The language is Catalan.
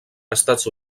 estats